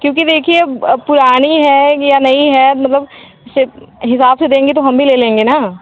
क्योंकि देखिए अब पुरानी है या नई है मगर फिर हिसाब से देंगी तो हम भी ले लेंगे ना